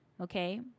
Okay